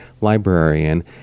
librarian